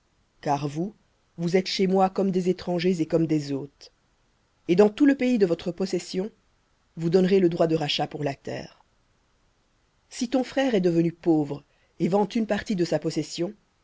car vous vous êtes chez moi comme des étrangers et comme des hôtes et dans tout le pays de votre possession vous donnerez le droit de rachat pour la terre v si ton frère est devenu pauvre et vend une partie de sa possession